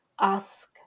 ask